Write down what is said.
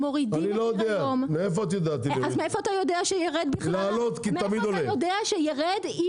הם מורידים מחיר היום --- מאיפה את יודעת שהם יורידו את המחיר?